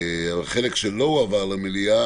החלק שלא הועבר למליאה,